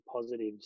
positives